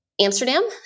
Amsterdam